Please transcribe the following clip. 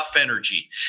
energy